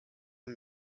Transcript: and